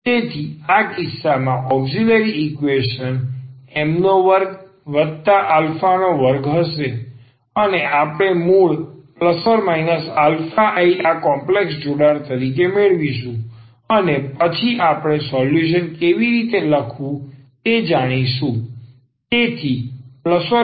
તેથી આ કિસ્સામાં ઔક્ષીલરી ઈકવેશન m2a2 હશે અને આપણે મૂળ ±ai આ કોમ્પ્લેક્સ જોડાણ તરીકે મેળવીશું અને પછી આપણે સોલ્યુશન કેવી રીતે લખવું તે જાણી શકીશું